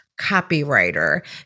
copywriter